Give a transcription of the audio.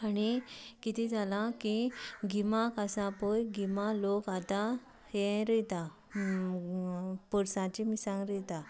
आणी कितें जालां की गिमाक आसा पळय गिमा लोक आतां हें रोयता पोरसाचीं मिरसांग रोयता